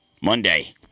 Monday